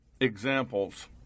examples